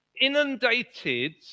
inundated